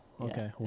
Okay